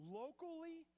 locally